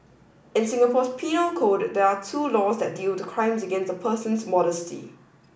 in Singapore's penal code there are two laws that deal with crimes against a person's modesty